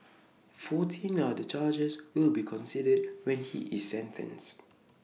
fourteen other charges will be considered when he is sentenced